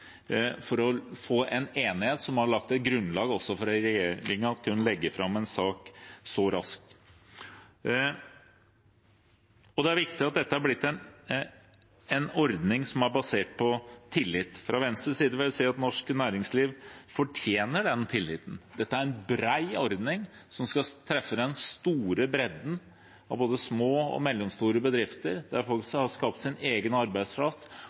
for å få en enighet som har lagt et grunnlag, slik at regjeringen kunne legge fram en sak så raskt. Det er viktig at dette er blitt en ordning som er basert på tillit. Fra Venstres side vil jeg si at norsk næringsliv fortjener den tilliten. Dette er en bred ordning som skal treffe den store bredden av både små og mellomstore bedrifter. Det er folk som har skapt sin egen arbeidsplass